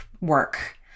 work